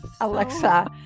Alexa